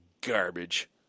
garbage